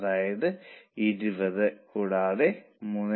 അതിനാൽ 4 x 0